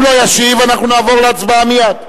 אם לא ישיב, אנחנו נעבור מייד להצבעה.